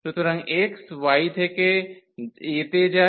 সুতরাং x y থেকে a তে যায়